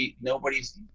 nobody's